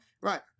Right